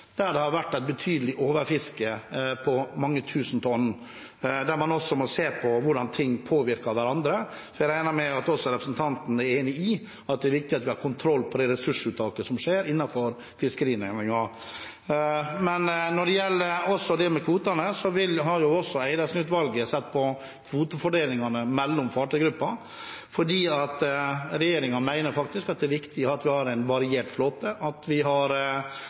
der det har vært et betydelig overfiske, på mange tusen tonn, og der man må se på hvordan ting påvirker hverandre. Jeg regner med at representanten er enig i at det er viktig at vi har kontroll på det ressursuttaket som skjer innenfor fiskerinæringen. Når det gjelder kvotene, har Eidesen-utvalget sett på kvotefordelingen mellom fartøygrupper, for regjeringen mener det er viktig at vi har en variert flåte, at vi har